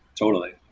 totally.